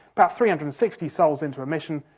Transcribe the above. about three hundred and sixty sols into a mission,